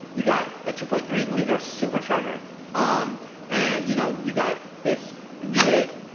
you got a two point three liter supercharger um and you know you got this v eight,